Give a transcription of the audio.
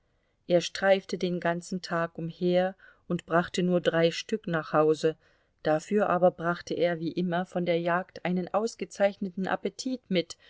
er streifte den ganzen tag umher und brachte nur drei stück nach hause dafür aber brachte er wie immer von der jagd einen ausgezeichneten appetit mit